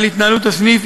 על התנהלות הסניף,